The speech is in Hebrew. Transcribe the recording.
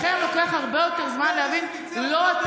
לכם לוקח הרבה יותר זמן להבין, גנץ